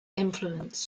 influenced